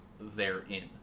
therein